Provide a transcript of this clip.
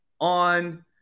on